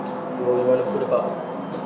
or you want to put about